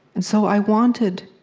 and so i wanted,